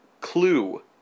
clue